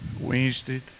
Wednesday